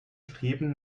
streben